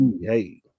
hey